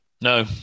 No